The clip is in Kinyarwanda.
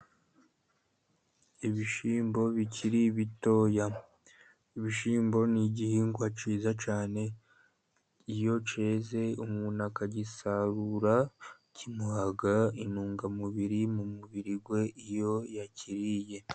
Ibishyimbo bikiri bitoya, ibishyimbo ni igihingwa cyiza cyane iyo umuntu agihinze akagisarura kimuha intungamubiri mu mubiri we iyo yakiriye.